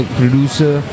producer